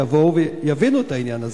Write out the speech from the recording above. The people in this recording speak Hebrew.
שיבואו ויבינו את העניין הזה.